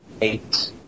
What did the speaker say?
Eight